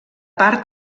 part